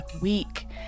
week